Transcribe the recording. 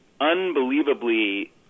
unbelievably